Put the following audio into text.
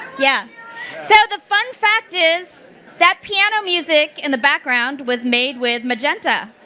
yeah so the fun fact is that piano music in the background was made with magenta.